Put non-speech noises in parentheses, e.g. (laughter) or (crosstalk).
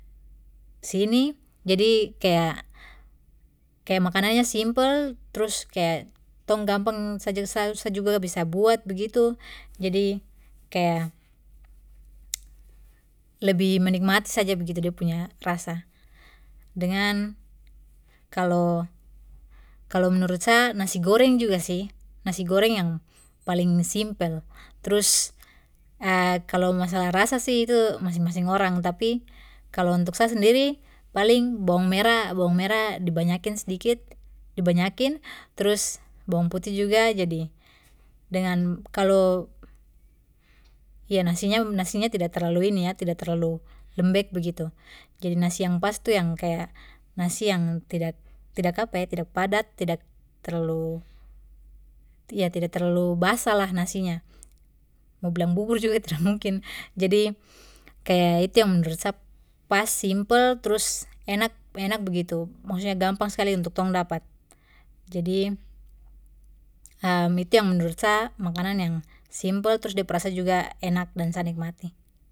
Sini jadi kaya, kaya makanannya simpel trus kaya tong gampang saja sa-sa juga bisa buat begitu jadi kaya, lebih menikmati saja begitu de punya rasa, dengan kalo kalo menurut sa nasi goreng juga sih nasi goreng yang paling simpel trus (hesitation) kalo masalah rasa sih itu masing masing orang tapi kalo untuk sa sendiri paling bawang merah bawang merah dibanyakin sdikit dibanyakin trus bawang putih juga jadi dengan kalo, ya nasinya nasinya tida terlalu ini ya tida terlalu lembek begitu jadi nasi yang pas tu yang kaya nasi yang tidak tidak apa eh tidak padat tidak terlalu, ya tidak terlalu basah lah nasinya, mo bilang bubur juga tidak mungkin (laughs) jadi kaya itu yang menurut sa pas simpel trus enak enak begitu maksudnya gampang skali untuk tong dapat jadi (hesitation) itu yang menurut sa makanan yang simpel trus de pu rasa juga enak dan sa nikmati.